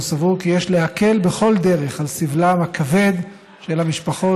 והוא סבור כי יש להקל בכל דרך את סבלן הכבד של המשפחות,